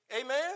amen